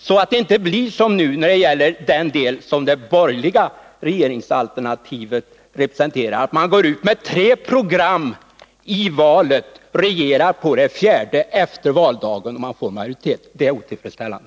Det skall inte kunna bli som det nu har blivit när det gäller det som det borgerliga regeringsalternativet representerar, att man går ut med tre program i valet, men regerar på det fjärde efter valdagen, när man har fått majoritet, för det är otillfredsställande.